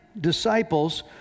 disciples